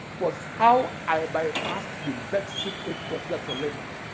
was how i bypassed the vexing eight processor limit